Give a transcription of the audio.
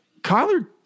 Kyler